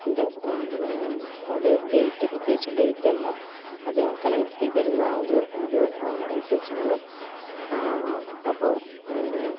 അത് ഡേയ്റ്റ് പ്രതേകിച്ച് ഡേയ്റ്റ് അല്ല അത് ആ കലണ്ടറിൽ വരുന്ന ആ ഒരു ഇത് അനുസരിച്ചാണ് അപ്പം